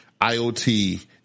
IoT